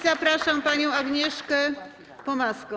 Zapraszam panią Agnieszkę Pomaską.